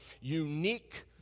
unique